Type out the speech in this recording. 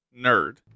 Nerd